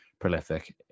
prolific